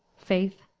faith,